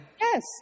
Yes